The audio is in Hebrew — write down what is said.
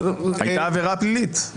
לא בוצעה חקירה פלילית.